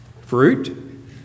Fruit